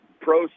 pro